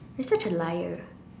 you're such a liar